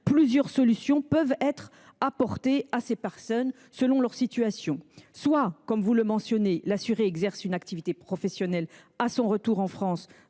plusieurs solutions peuvent leur être apportées en fonction de leur situation. Soit, comme vous le mentionnez, l’assuré exerce une activité professionnelle à son retour en France